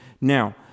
Now